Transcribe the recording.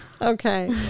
okay